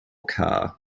car